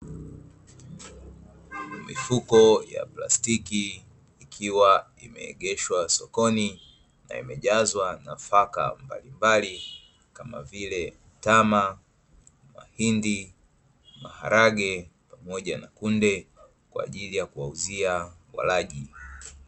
Mifuko ya plastiki ikiwa imeegeshwa sokoni na imejazwa nafaka mbalimbali kama vile mtama, mahindi, maharage pamoja na kunde kwa ajili ya kuwauzia walaji.